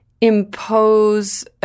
impose